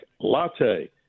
Latte